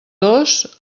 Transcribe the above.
dos